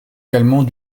également